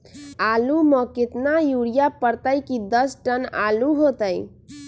आलु म केतना यूरिया परतई की दस टन आलु होतई?